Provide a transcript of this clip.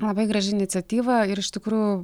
labai graži iniciatyva ir iš tikrųjų